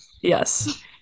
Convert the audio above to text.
Yes